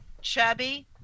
chubby